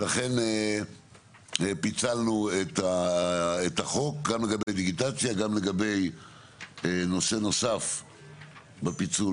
ולכן פיצלנו את החוק גם לגבי דיגיטציה גם לגבי נושא נוסף בפיצול,